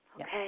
Okay